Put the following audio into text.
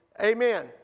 Amen